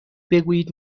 بگویید